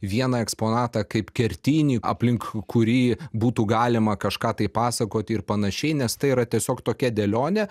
vieną eksponatą kaip kertinį aplink kurį būtų galima kažką tai pasakoti ir panašiai nes tai yra tiesiog tokia dėlionė